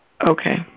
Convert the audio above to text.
Okay